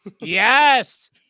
Yes